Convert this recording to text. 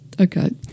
okay